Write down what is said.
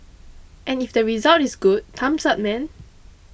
and if the result is good thumbs up man